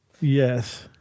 Yes